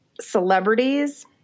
Celebrities